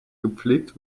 gepflegt